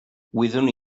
wyddwn